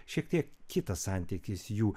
šiek tiek kitas santykis jų